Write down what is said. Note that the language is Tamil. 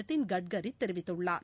நிதின்கட்கரிதெரிவித்துள்ளார்